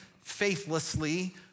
faithlessly